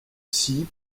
scie